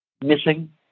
Missing